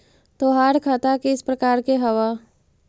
तोहार खता किस प्रकार के हवअ